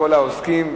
לכל העוסקים,